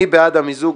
מי בעד המיזוג?